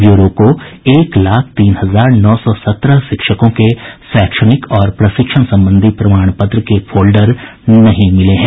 bureau को एक लाख तीन हजार नौ सौ सत्रह शिक्षकों के शैक्षणिक और प्रशिक्षण संबंधी प्रमाण पत्र के फोल्डर नहीं मिले हैं